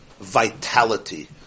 vitality